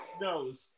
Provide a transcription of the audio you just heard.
knows